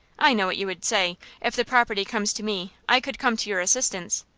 i know what you would say if the property comes to me i could come to your assistance,